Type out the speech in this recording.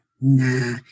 nah